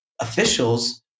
officials